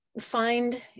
find